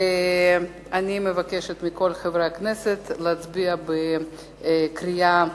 ואני מבקשת מכל חברי הכנסת להצביע בקריאה ראשונה.